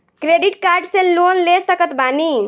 Credit card से loan ले सकत बानी?